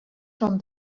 from